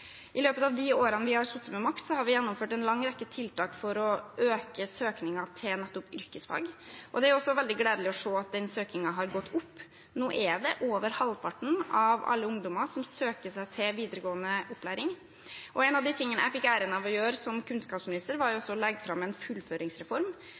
I løpet av de årene vi har sittet med makt, har vi gjennomført en lang rekke tiltak for å øke søkningen til nettopp yrkesfag, og det er også veldig gledelig å se at den søkningen har gått opp. Nå er det over halvparten av alle ungdommer som søker seg til videregående opplæring. En av de tingene jeg fikk æren av å gjøre som kunnskapsminister, var